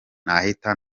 nahita